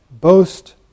boast